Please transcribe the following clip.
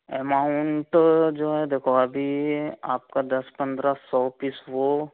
amount जो है देखो अभी आपका दस पंद्रह सौ पीस वह